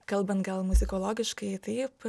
kalbant gal muzikologiškai taip